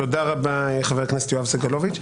תודה רבה חבר הכנסת יואב סגלוביץ'.